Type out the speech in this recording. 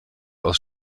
aus